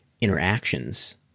interactions